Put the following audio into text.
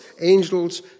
angels